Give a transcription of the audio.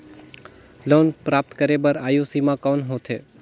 Loan प्राप्त करे बर आयु सीमा कौन होथे?